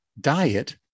diet